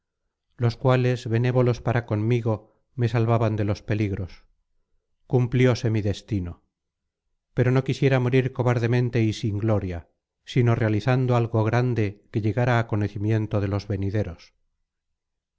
los cuales benévolos para conmigo me salvaban de los peligros cumplióse mi destino pero no quisiera morir cobardemente y sin gloria sino realizando algo grande que llegara á conocimiento de los venideros